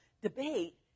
debate